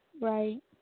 right